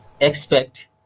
Expect